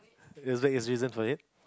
was that his reason for it